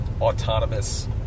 autonomous